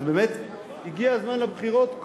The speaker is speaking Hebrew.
אז באמת הגיע הזמן לבחירות,